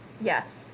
Yes